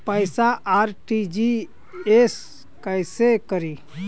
पैसा आर.टी.जी.एस कैसे करी?